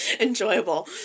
Enjoyable